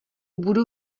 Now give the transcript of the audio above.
budu